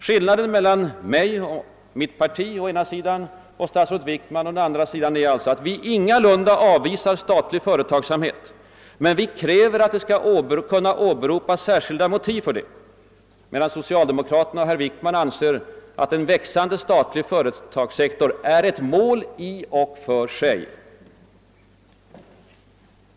Skillnaden mellan mig och mitt parti å ena sidan och statsrådet Wickman och det socialdemokratiska partiet å andra sidan är alltså att vi ingalunda avvisar statlig företagsamhet men kräver att det skall kunna åberopas särskilda motiv för den, medan statsrådet Wickman och socialdemokraterna anser att en växande statlig företagssektor är ett mål i och för sig.